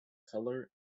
colour